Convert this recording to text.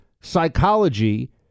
psychology